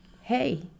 hey